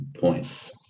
point